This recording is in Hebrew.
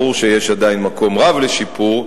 ברור שיש עדיין מקום רב לשיפור,